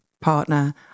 partner